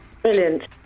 Brilliant